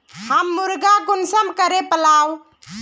हम मुर्गा कुंसम करे पालव?